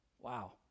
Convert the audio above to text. Wow